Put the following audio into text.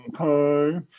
okay